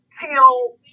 till